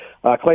Clay